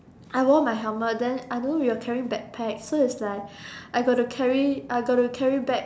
I wore my helmet then I know we were carrying back pack so is like I got to carry I got to carry back